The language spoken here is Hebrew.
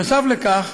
נוסף על כך